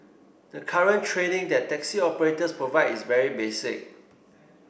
the current training that taxi operators provide is very basic